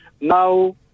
Now